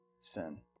sin